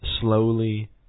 slowly